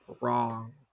wrong